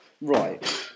Right